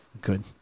Good